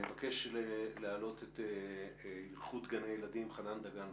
אני מבקש להעלות את איחוד גני הילדים, חנן דגן,